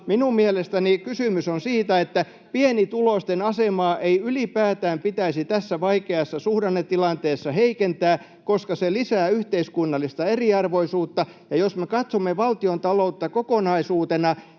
Minun mielestäni kysymys on siitä, että pienituloisten asemaa ei ylipäätään pitäisi tässä vaikeassa suhdannetilanteessa heikentää, koska se lisää yhteiskunnallista eriarvoisuutta. Jos me katsomme valtiontaloutta kokonaisuutena,